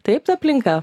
taip ta aplinka